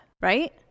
right